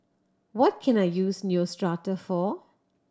what can I use Neostrata for